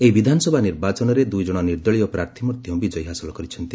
ଏହି ବିଧାନସଭା ନିର୍ବାଚନରେ ଦୁଇ ଜଣ ନିର୍ଦ୍ଦଳୀୟ ପ୍ରାର୍ଥୀ ମଧ୍ୟ ବିଜୟ ହାସଲ କରିଛନ୍ତି